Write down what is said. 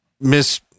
Miss